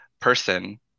person